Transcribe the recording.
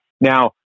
Now